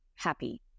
Happy